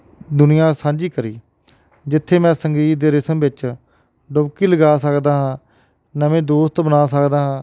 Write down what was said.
ਦੁਨੀਆ ਸਾਂਝੀ ਕਰੀ ਜਿੱਥੇ ਮੈਂ ਸੰਗੀਤ ਦੇ ਰਿਸਮ ਵਿੱਚ ਡੁਬਕੀ ਲਗਾ ਸਕਦਾ ਹਾਂ ਨਵੇਂ ਦੋਸਤ ਬਣਾ ਸਕਦਾ